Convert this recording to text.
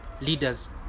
leaders